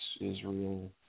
Israel